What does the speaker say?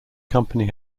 company